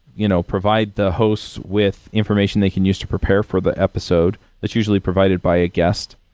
you know provide the host with information they can use to prepare for the episode. that's usually provided by a guest.